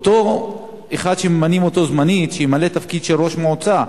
אותו אחד שממנים זמנית, שימלא תפקיד של ראש מועצה.